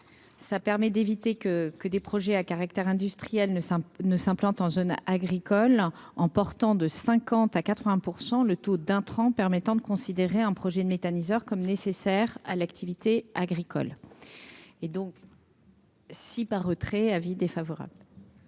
pour objet d'éviter que des projets à caractère industriel ne s'implantent dans des zones agricoles en portant de 50 % à 80 % le taux d'intrants permettant de considérer un projet de méthaniseur comme nécessaire à l'activité agricole. Je suggère donc le retrait de